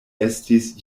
estis